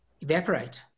evaporate